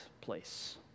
place